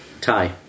Tie